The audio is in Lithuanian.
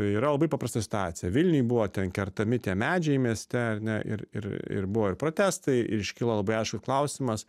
yra labai paprasta situacija vilniuj buvo ten kertami tie medžiai mieste ar ne ir ir ir buvo ir protestai ir iškilo labai aiškus klausimas